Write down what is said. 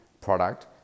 product